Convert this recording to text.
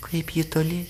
kaip ji toli